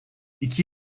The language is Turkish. iki